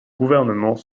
gouvernement